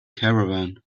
caravan